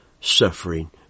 suffering